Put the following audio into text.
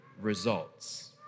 results